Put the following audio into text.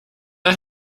are